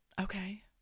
Okay